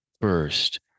first